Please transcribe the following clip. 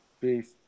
Peace